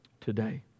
today